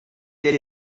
tel